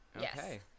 Okay